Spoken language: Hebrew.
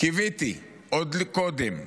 קיוויתי עוד קודם.